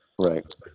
right